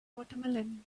watermelon